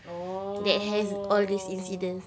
orh